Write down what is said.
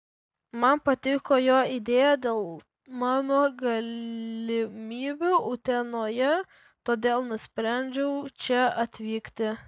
man patiko jo idėja dėl mano galimybių utenoje todėl nusprendžiau čia atvykti